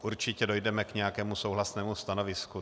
Určitě dojdeme k nějakému souhlasnému stanovisku.